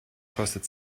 kostet